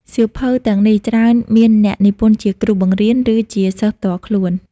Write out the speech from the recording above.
សៀវភៅទាំងនេះច្រើនមានអ្នកនិពន្ធជាគ្រូបង្រៀន ឬជាសិស្សផ្ទាល់ខ្លួន។